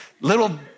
little